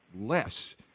less